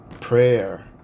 prayer